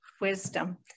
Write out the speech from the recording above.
wisdom